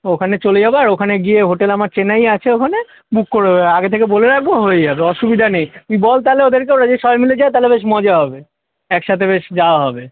ওখানে চলে যাবো আর ওখানে গিয়ে হোটেল আমার চেনাই আছে ওখানে বুক করে আগে থেকে বলে রাখবো হয়ে যাবে অসুবিদা নেই তুই বল তাহলে ওদেরকে ওরা যদি সবাই মিলে যায় তালে বেশ মজা হবে একসাথে বেশ যাওয়া হবে